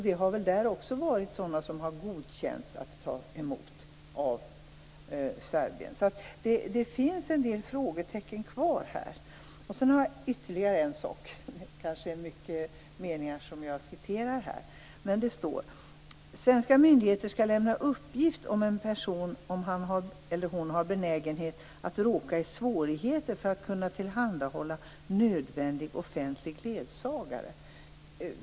Det har också där varit fråga om sådana som Serbien har godkänt att ta emot. Det finns en del frågetecken kvar här. Sedan har jag ytterligare en sak. Det står: Svenska myndigheter skall lämna uppgift om en person om han eller hon har benägenhet att råka i svårigheter för att kunna tillhandahålla nödvändig offentlig ledsagare.